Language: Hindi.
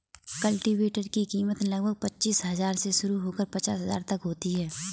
कल्टीवेटर की कीमत लगभग पचीस हजार से शुरू होकर पचास हजार तक होती है